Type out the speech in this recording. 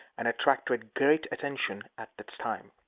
and attracted great attention at the time.